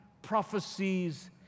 prophecies